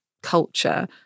Culture